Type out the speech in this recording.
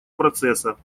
процесса